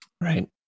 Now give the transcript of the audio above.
right